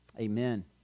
amen